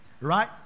right